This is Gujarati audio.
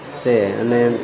છે અને